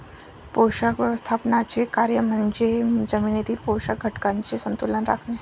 पोषक व्यवस्थापनाचे कार्य म्हणजे जमिनीतील पोषक घटकांचे संतुलन राखणे